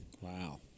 Wow